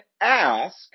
ask